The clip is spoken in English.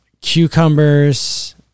cucumbers